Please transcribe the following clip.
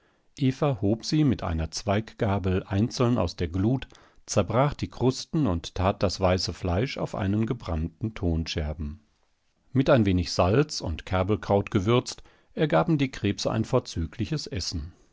hob sie mit einer zweiggabel einzeln aus der glut zerbrach die krusten und tat das weiße fleisch auf einen gebrannten tonscherben mit ein wenig salz und kerbelkraut gewürzt ergaben die krebse ein vorzügliches essen